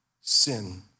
sin